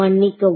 மன்னிக்கவும்